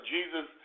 Jesus